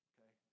Okay